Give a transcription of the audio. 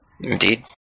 Indeed